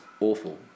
awful